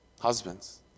Husbands